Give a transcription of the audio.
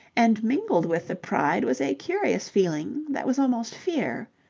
and mingled with the pride was a curious feeling that was almost fear.